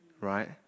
right